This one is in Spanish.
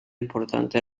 importante